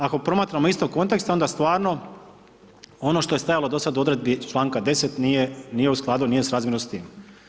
Dakle, ako promatramo iz tog konteksta onda stvarno ono što je stajalo do sada u odredbi članka 10. nije u skladu nije srazmjerno s tim.